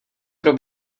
pro